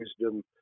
wisdom